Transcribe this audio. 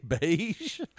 beige